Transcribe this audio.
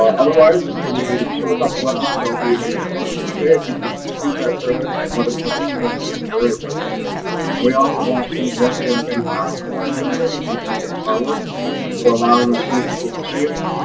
otherwise, when we close out the webinar there will be a short survey. if you could complete that survey and let us know what you think, we'd be very appreciative. and we also want to once again thank alan morrison with am guitar works for allowing us use of this space.